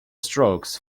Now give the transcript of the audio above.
strokes